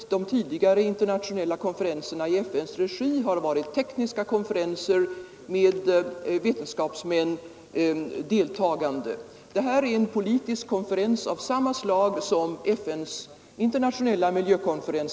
De tidigare internationella konferenserna i FN:s regi har varit tekniska konferenser med vetenskapsmän som deltagare. Detta är en politisk konferens a här i Stockholm för litet mer än fem månader sedan.